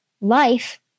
life